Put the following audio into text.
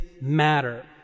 matter